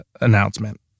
announcement